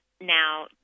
now